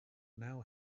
now